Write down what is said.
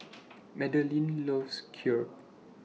Madaline loves Kheer